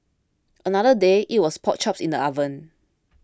another day it was pork chops in the oven